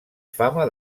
fama